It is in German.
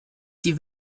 die